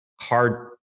hard